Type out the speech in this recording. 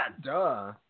Duh